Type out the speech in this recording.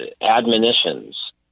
admonitions